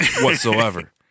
whatsoever